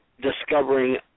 discovering